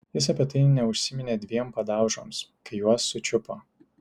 jis apie tai neužsiminė dviem padaužoms kai juos sučiupo